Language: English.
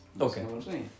Okay